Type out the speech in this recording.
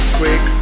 quick